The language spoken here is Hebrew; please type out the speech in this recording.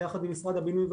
ביחד עם משרד הבינוי והשיכון,